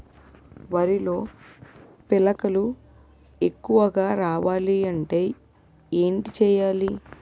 వరిలో పిలకలు ఎక్కువుగా రావాలి అంటే ఏంటి చేయాలి?